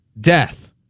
death